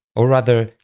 or rather,